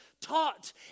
taught